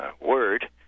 word